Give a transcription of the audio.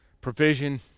provision